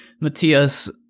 Matthias